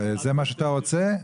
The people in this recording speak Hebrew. זה מה שאתה רוצה,